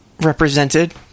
represented